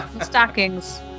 Stockings